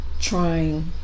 trying